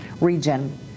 region